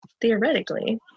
theoretically